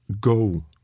Go